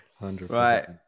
Right